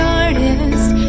artist